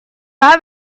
have